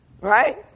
right